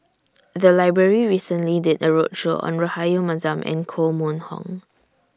The Library recently did A roadshow on Rahayu Mahzam and Koh Mun Hong